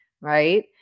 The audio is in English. right